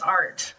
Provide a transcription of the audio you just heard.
art